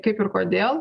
kaip ir kodėl